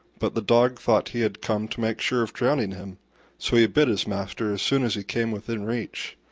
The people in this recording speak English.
but the dog thought he had come to make sure of drowning him so he bit his master as soon as he came within reach,